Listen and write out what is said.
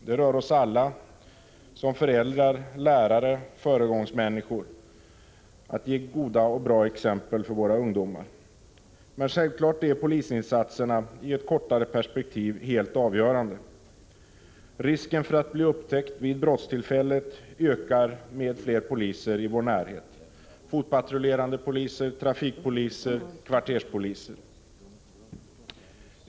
Den berör oss alla som föräldrar, som lärare och i vår egenskap av föredömen, där vi kan gå före med goda exempel för våra ungdomar. Men självfallet är polisinsatserna i ett kortare perspektiv helt avgörande. Risken för upptäckt vid brottstillfället ökar med fler poliser i vår närhet, oavsett om det är fotpatrullerande poliser, trafikpoliser eller kvarterspoliser.